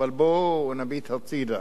אבל בואו נביט הצדה